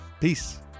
Peace